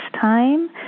time